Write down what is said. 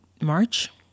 March